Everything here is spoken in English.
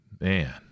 Man